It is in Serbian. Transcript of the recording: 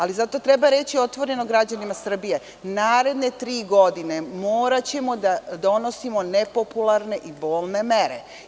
Ali, zato treba reći otvoreno građanima Srbije, naredne tri godine moraćemo da donosimo nepopularne i bolne mere.